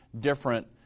different